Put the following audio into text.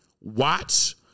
watch